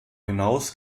hinaus